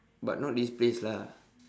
but not this place lah